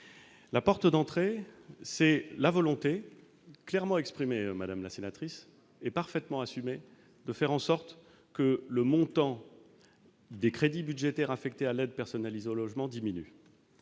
La porte d'entrée, c'est la volonté clairement exprimée et parfaitement assumée de faire en sorte que le montant des crédits budgétaires affectés aux aides personnalisées au logement diminue